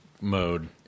mode